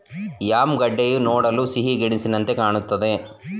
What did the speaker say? yam ಗೆಡ್ಡೆಯು ನೋಡಲು ಸಿಹಿಗೆಣಸಿನಂತೆಯೆ ಕಾಣುತ್ತದೆ